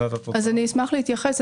אני אשמח להתייחס.